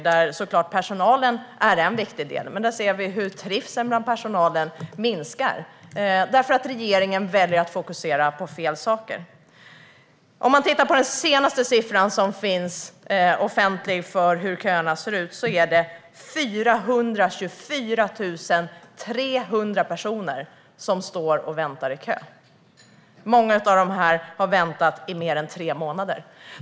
Personalen är såklart en viktig del, men vi ser hur trivseln bland personalen minskar för att regeringen väljer att fokusera på fel saker. Man kan titta på den senaste offentliga siffran för hur köerna ser ut. Det är 424 300 personer som står och väntar i kö. Många av dem har väntat i mer än tre månader.